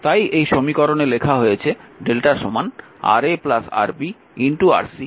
তাই এই সমীকরণে লেখা হয়েছে lrmΔ Ra Rb Rc Ra Rb Rc